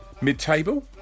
Mid-table